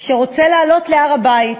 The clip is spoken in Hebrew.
שרוצה לעלות להר-הבית